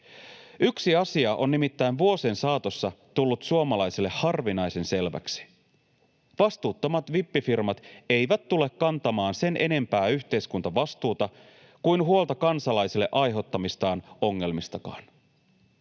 Yksi asia on nimittäin vuosien saatossa tullut suomalaisille harvinaisen selväksi: vastuuttomat vippifirmat eivät tule kantamaan sen enempää yhteiskuntavastuuta kuin huolta kansalaisille aiheuttamistaan ongelmistakaan.